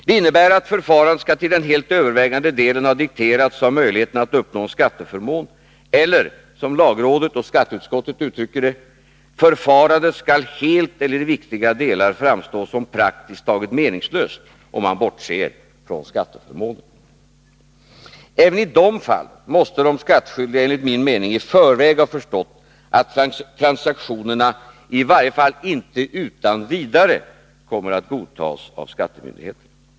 Detta innebär att förfarandet till den helt övervägande delen skall ha dikterats av möjligheten att uppnå en skatteförmån eller, som lagrådet och skatteutskottet uttryckt det, att förfarandet helt eller i viktiga delar skall framstå som praktiskt taget meningslöst om man bortser från skatteförmånen. Även i dessa fall måste de skattskyldiga enligt min mening i förväg ha förstått att transaktionerna i varje fall inte utan vidare kommer att godtas av skattemyndigheterna.